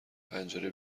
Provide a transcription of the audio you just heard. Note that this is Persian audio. پنجره